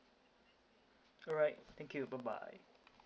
alright thank you bye bye